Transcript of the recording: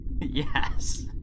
Yes